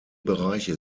bereiche